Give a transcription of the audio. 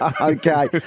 Okay